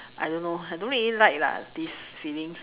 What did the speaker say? I don't know I don't really like lah these feeling